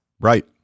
right